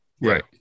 Right